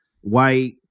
white